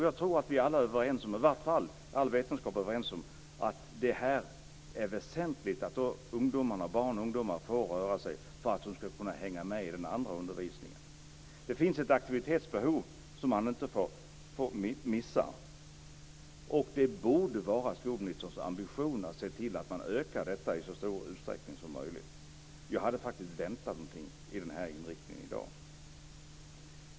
Jag tror att vi alla - åtminstone all vetenskap - är överens om att det är väsentligt att barn och ungdomar får röra sig för att de ska kunna hänga med i den övriga undervisningen. Det finns ett aktivitetsbehov som man inte får missa. Det borde vara skolministerns ambition att se till att man ökar detta i så stor utsträckning som möjligt. Jag hade faktiskt väntat mig någonting med den här inriktningen i dag.